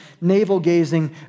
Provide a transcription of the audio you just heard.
navel-gazing